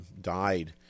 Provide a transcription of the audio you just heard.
died